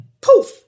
poof